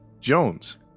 Jones